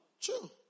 true